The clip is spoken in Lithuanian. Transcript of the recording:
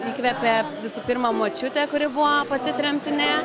įkvėpė visų pirma močiutė kuri buvo pati tremtinė